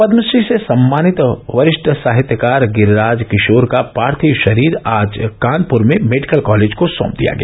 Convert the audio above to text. पद्मश्री से सम्मानित वरि ठ साहित्यकार गिरिराज किशोर का पार्थिव शरीर आज कानपुर में मेडिकल कालेज को सौंप दिया गया